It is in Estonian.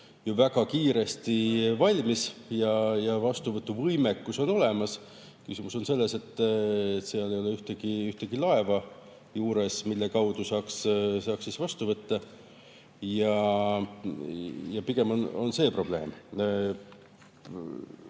väga kiiresti valmis ja vastuvõtuvõimekus on olemas. Küsimus on selles, et seal ei ole ühtegi laeva, mille kaudu saaks [LNG-d] vastu võtta. Pigem on see probleem. Need